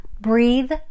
Breathe